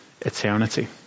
eternity